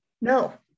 no